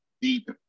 deep